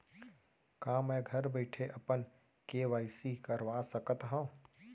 का मैं घर बइठे अपन के.वाई.सी करवा सकत हव?